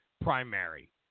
primary